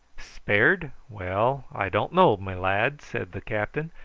spared? well, i don't know, my lad, said the captain.